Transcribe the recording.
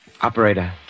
operator